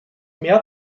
mehr